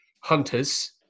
hunters